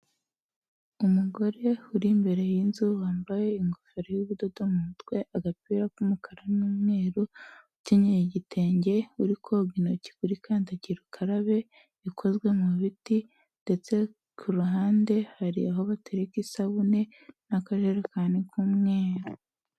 Umugore uri imbere y'inzu wambaye ingofero y'ubudodo mu mutwe, agapira k'umukara n'umweru ukenyeye igitenge, uri koga intoki kuri kandagira ukarabe bikozwe mu biti ndetse ku ruhande hari aho batereka isabune n'akajerekani k'umweru.